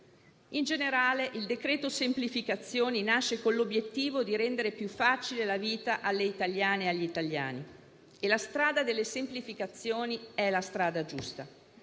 In generale, il decreto semplificazioni nasce con l'obiettivo di rendere più facile la vita alle italiane e agli italiani. La strada delle semplificazioni è quella giusta: